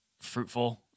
fruitful